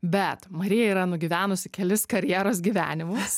bet marija yra nugyvenusi kelis karjeros gyvenimus